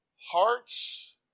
Hearts